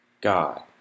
God